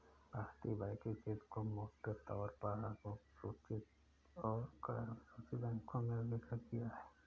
भारतीय बैंकिंग क्षेत्र को मोटे तौर पर अनुसूचित और गैरअनुसूचित बैंकों में वर्गीकृत किया है